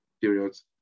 periods